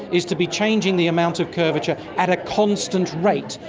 is to be changing the amount of curvature at a constant rate,